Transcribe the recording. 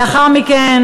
לאחר מכן,